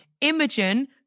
Imogen